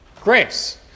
grace